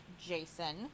Jason